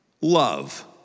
love